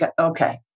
okay